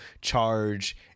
charge